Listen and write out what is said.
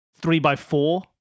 three-by-four